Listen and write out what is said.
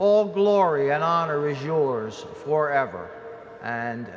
all glory and honor is yours for ever and